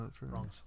Wrong